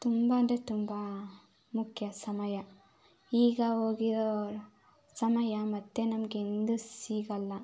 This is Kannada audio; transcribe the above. ತುಂಬ ಅಂದರೆ ತುಂಬ ಮುಖ್ಯ ಸಮಯ ಈಗ ಹೋಗಿರೊ ಸಮಯ ಮತ್ತೆ ನಮಗೆಂದೂ ಸಿಗೋಲ್ಲ